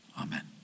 Amen